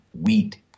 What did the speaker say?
wheat